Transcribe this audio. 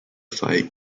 fight